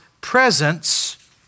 presence